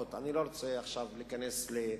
ואני לא רוצה עכשיו להיכנס לזה,